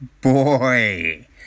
Boy